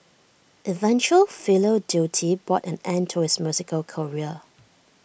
eventual filial duty brought an end to his musical career